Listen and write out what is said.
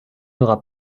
n’aura